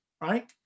right